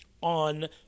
On